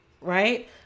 Right